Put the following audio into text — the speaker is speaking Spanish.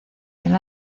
del